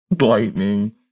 lightning